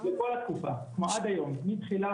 לכל התקופה עד היום,